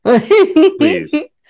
Please